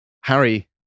Harry